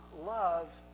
love